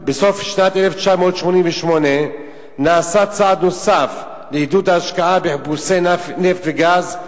ובסוף 1988 נעשה צעד נוסף לעידוד ההשקעה בחיפושי נפט וגז,